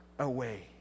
away